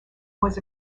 was